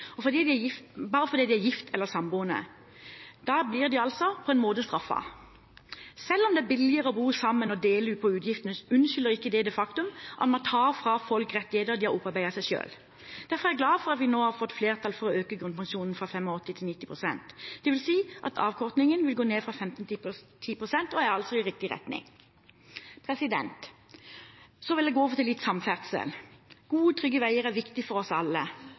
bare fordi de er gift eller samboende. Da blir de altså på en måte straffet. Selv om det er billigere å bo sammen og dele på utgiftene, unnskylder ikke det det faktum at man tar fra folk rettigheter de har opparbeidet seg selv. Derfor er jeg glad for at vi nå har fått flertall for å øke grunnpensjonen fra 85 til 90 pst. Det vil si at avkortningen vil gå ned fra 15 til 10 pst., og er altså i riktig retning. Så vil jeg gå litt over til samferdsel. Gode, trygge veier er viktig for oss alle.